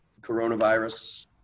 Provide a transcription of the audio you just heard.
coronavirus